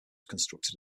constructed